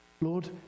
Lord